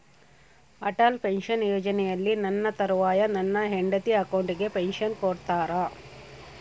Atal pension ಯೋಜನೆಯಲ್ಲಿ ನನ್ನ ತರುವಾಯ ನನ್ನ ಹೆಂಡತಿ ಅಕೌಂಟಿಗೆ ಪೆನ್ಶನ್ ಕೊಡ್ತೇರಾ?